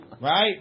Right